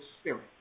spirit